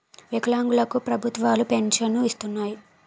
వికలాంగులు కు ప్రభుత్వాలు పెన్షన్ను ఇస్తున్నాయి